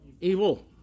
evil